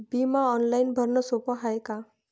बिमा ऑनलाईन भरनं सोप हाय का?